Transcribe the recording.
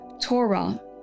Torah